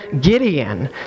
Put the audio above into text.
Gideon